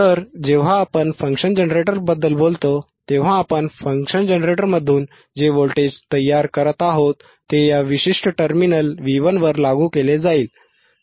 तर जेव्हा आपण फंक्शन जनरेटरबद्दल बोलतो तेव्हा आपण फंक्शन जनरेटरमधून जे व्होल्टेज तयार करत आहोत ते या विशिष्ट टर्मिनल V1 वर लागू केले जाईल